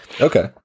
Okay